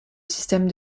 systèmes